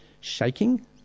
shaking